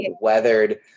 weathered